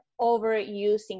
overusing